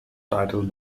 titled